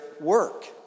work